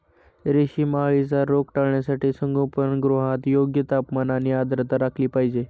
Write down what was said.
रेशीम अळीचा रोग टाळण्यासाठी संगोपनगृहात योग्य तापमान आणि आर्द्रता राखली पाहिजे